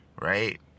right